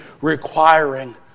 requiring